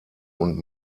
und